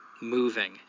moving